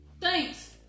Thanks